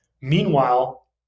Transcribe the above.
Meanwhile